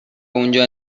اونجا